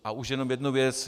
A už jenom jednu věc.